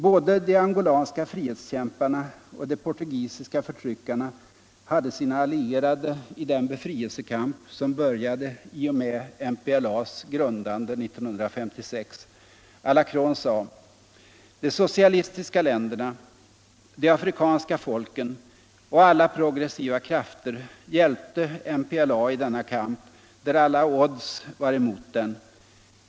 Både de angolanska frihetskämparna och de portugisiska förtryckarna hade sina allierade i den befrielsekamp som började i och med MPLA:s grundande 1956. Alarcön sade: "De socialistiska länderna, de afrikanska folken och alla progressiva krafter hjälpte MPLA i denna kamp, där alla odds var emot den.